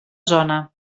zona